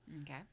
Okay